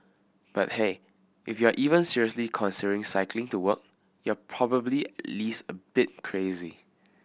but hey if you're even seriously considering cycling to work you're probably at least a bit crazy